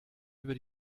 über